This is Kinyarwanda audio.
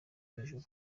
hejuru